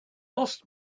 asked